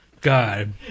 God